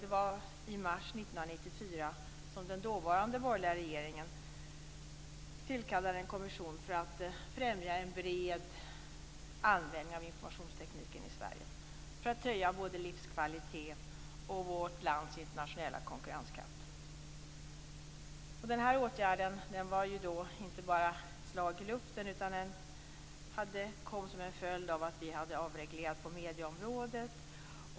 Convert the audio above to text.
Det var i mars 1994 som den dåvarande borgerliga regeringen tillkallade en kommission för att främja en bred användning av informationstekniken i Sverige i syfte att höja både livskvalitet och vårt lands internationella konkurrenskraft. Denna åtgärd var inte bara ett slag i luften. Den kom som en följd av att vi hade avreglerat på medieområdet.